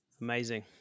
Amazing